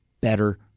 better